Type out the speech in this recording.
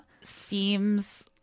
seems